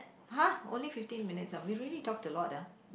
[huh] only fifteen minutes we really talked a lot ah